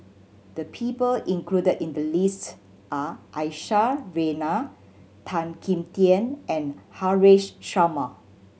the people included in the list are Aisyah Lyana Tan Kim Tian and Haresh Sharma